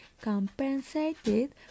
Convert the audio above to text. compensated